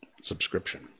Subscription